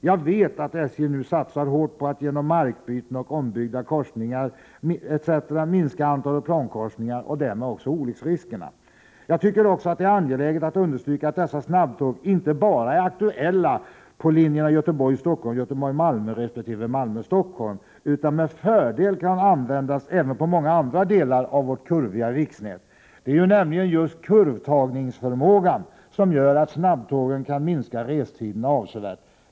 Jag vet att SJ nu satsar hårt på att genom markbyten och ombyggda korsningar etc. minska antalet plankorsningar och därmed olycksriskerna. Jag tycker också att det är angeläget att understryka att dessa snabbtåg inte bara är aktuella på linjerna Göteborg-Stockholm, Göteborg-Malmö resp. Malmö-Stockholm utan med fördel kan användas även på många andra delar av vårt kurviga riksnät. Det är nämligen kurvtagningsförmågan som gör att snabbtågen kan minska restiderna avsevärt.